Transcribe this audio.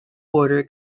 border